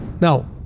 Now